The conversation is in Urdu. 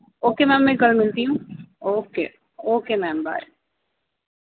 اوکے میم میں کل ملتی ہوں اوکے اوکے میم بائے